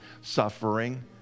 suffering